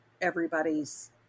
everybody's